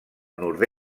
nord